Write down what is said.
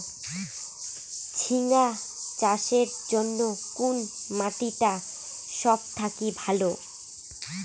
ঝিঙ্গা চাষের জইন্যে কুন মাটি টা সব থাকি ভালো?